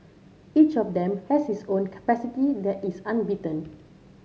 each of them has his own capacity that is unbeaten